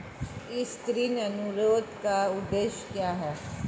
इस ऋण अनुरोध का उद्देश्य क्या है?